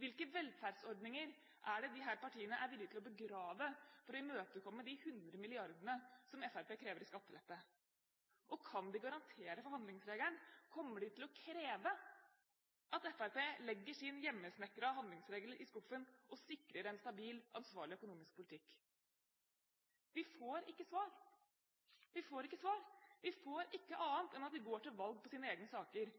Hvilke velferdsordninger er det disse partiene er villige til å begrave for å imøtekomme de 100 mrd. kr som Fremskrittspartiet krever i skattelette? Kan de garantere for handlingsregelen? Kommer de til å kreve at Fremskrittspartiet legger sin hjemmesnekrede handlingsregel i skuffen og sikrer en stabil ansvarlig økonomisk politikk? Vi får ikke svar. Vi får ikke annet enn at de går til valg på sine egne saker.